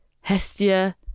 Hestia